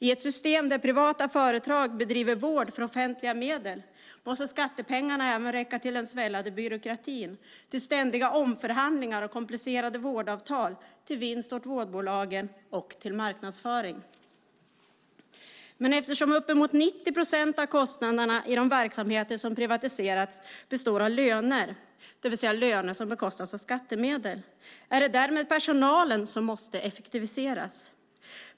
I ett system där privata företag bedriver vård för offentliga medel måste skattepengarna även räcka till den svällande byråkratin, till ständiga omförhandlingar och komplicerade vårdavtal, till vinst åt vårdbolagen och till marknadsföring. Men eftersom uppemot 90 procent av kostnaderna i de verksamheter som privatiserats består av löner, det vill säga löner som bekostas av skattemedel, är det därmed personalen som måste effektiviseras.